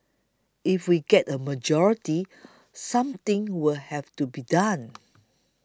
if we get the majority something will have to be done